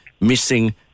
missing